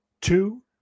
two